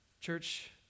Church